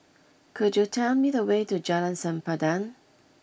could you tell me the way to Jalan Sempadan